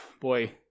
boy